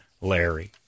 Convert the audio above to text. Larry